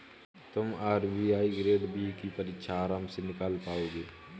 तुम RBI grade B की परीक्षा आराम से निकाल पाओगे